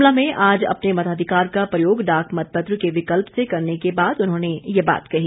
शिमला में आज अपने मताधिकार का प्रयोग डाक मतपत्र के विकल्प से करने के बाद उन्होंने ये बात कही